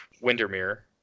Windermere